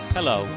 Hello